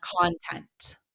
content